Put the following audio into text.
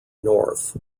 north